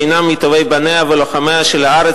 שהינם מטובי בניה ולוחמיה של הארץ,